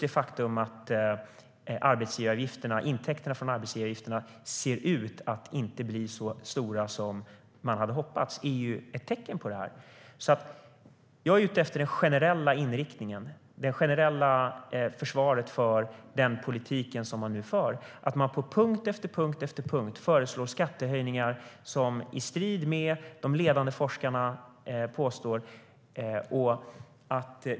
Det faktum att intäkterna från arbetsgivaravgifterna ser ut att inte bli så stora som man hade hoppats är ett tecken på det. Jag är ute efter den generella inriktningen, det generella försvaret för den politik som man nu för. På punkt efter punkt föreslår man skattehöjningar, i strid med vad ledande forskare föreslår.